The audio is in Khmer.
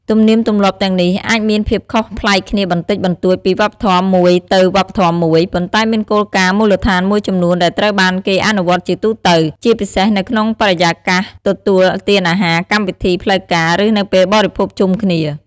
ទំនៀមទម្លាប់ទាំងនេះអាចមានភាពខុសប្លែកគ្នាបន្តិចបន្តួចពីវប្បធម៌មួយទៅវប្បធម៌មួយ ប៉ុន្តែមានគោលការណ៍មូលដ្ឋានមួយចំនួនដែលត្រូវបានគេអនុវត្តជាទូទៅ ជាពិសេសនៅក្នុងបរិយាកាសទទួលទានអាហារកម្មវិធីផ្លូវការ ឬនៅពេលបរិភោគជុំគ្នា។